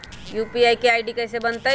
UPI के ID कैसे बनतई?